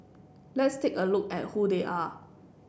let's take a look at who they are